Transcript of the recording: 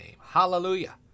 Hallelujah